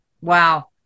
Wow